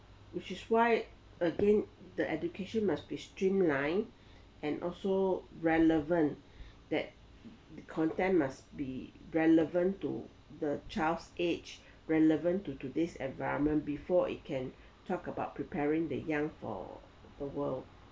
which is why again the education must be streamline and also relevant that the content must be relevant to the child's age relevant to today's environment before it can talk about preparing the young for the world